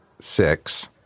six